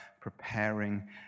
preparing